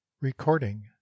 Recording